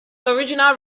original